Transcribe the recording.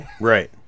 Right